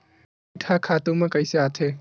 कीट ह खातु म कइसे आथे?